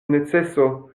neceso